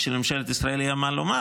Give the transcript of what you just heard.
ושלממשלת ישראל יהיה מה לומר,